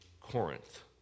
Corinth